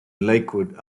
lakewood